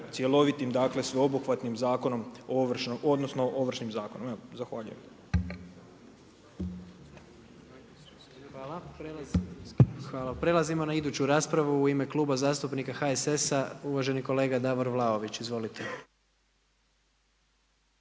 cjelovitim, dakle, sveobuhvatnim ovršnim zakonom. Zahvaljujem. **Jandroković, Gordan (HDZ)** Hvala. Prelazimo na iduću raspravu, u ime Kluba zastupnika HSS-a uvaženi kolega Davor Vlaović. Izvolite.